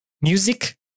music